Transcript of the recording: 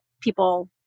people